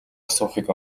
асуухыг